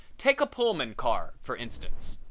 take a pullman car, for instance.